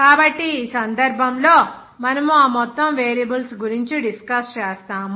కాబట్టి ఈ సందర్భంలో మనము ఆ మొత్తం వేరియబుల్స్ గురించి డిస్కస్ చేస్తాము